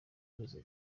kweza